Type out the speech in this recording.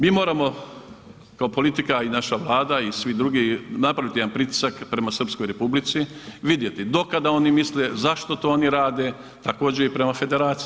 Mi moramo kao politika i naša Vlada i svi drugi, napraviti jedan pritisak prema Srpskoj Republici, vidjeti do kada oni misle, zašto to oni rade, također i prema federaciji.